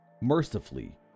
mercifully